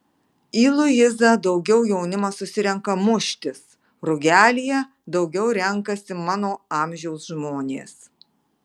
į luizą daugiau jaunimas susirenka muštis rugelyje daugiau renkasi mano amžiaus žmonės